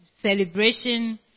celebration